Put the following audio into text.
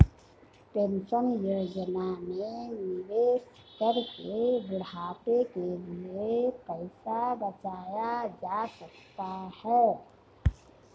pension योजना में निवेश करके बुढ़ापे के लिए पैसा बचाया जा सकता है